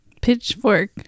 Pitchfork